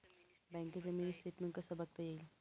बँकेचं mini statement कसं बघता येईल?